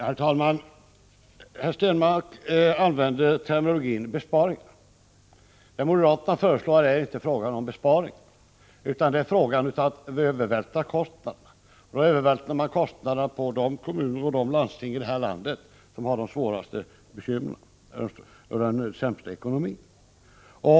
Herr talman! Per Stenmarck använde termen besparingar. Det moderaterna har föreslagit är inte besparingar — det är fråga om att övervältra kostnaderna. Då övervältrar man kostnaderna på de kommuner och landsting här i landet som har de största bekymren och den sämsta ekonomin.